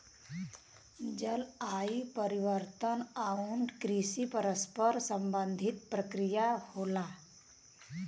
जलवायु परिवर्तन आउर कृषि परस्पर संबंधित प्रक्रिया होला